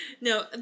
No